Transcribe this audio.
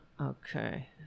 Okay